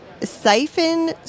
siphon